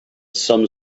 some